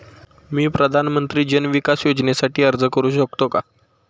मी प्रधानमंत्री जन विकास योजनेसाठी अर्ज करू शकतो का?